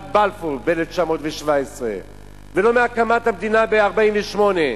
בלפור ב-1917 ולא מהקמת המדינה ב-1948.